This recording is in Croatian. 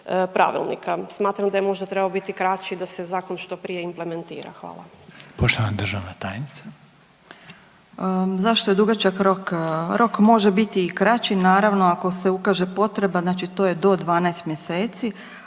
pravilnika, smatram da je možda trebao biti kraći da se zakon što prije implementira. Hvala. **Reiner, Željko (HDZ)** Poštovana državna tajnica. **Magaš, Dunja** Zašto je dugačak rok? Rok može biti i kraći naravno ako se ukaže potreba, znači to je do 12 mjeseci,